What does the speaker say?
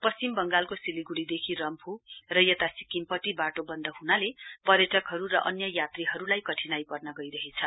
पश्चिम बंगालको सिलगुड़ीदेखि रम्फू र यता सिक्किमपटि वाटो बन्द हुनाले पर्यटकहरु र अन्य यात्रीहरुलाई कठिनाइ पर्ने गइरहेछ